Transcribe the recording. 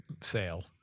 Sale